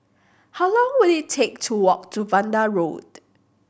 how long will it take to walk to Vanda Road